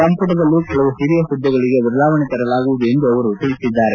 ಸಂಪುಟದಲ್ಲೂ ಕೆಲವು ಹಿರಿಯ ಪುದ್ದೆಗಳಿಗೆ ಬದಲಾವಣೆ ತರಲಾಗುವುದು ಎಂದು ಅವರು ತಿಳಿಸಿದ್ದಾರೆ